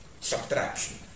subtraction